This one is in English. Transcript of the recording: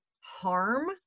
harm